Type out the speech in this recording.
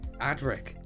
Adric